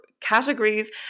categories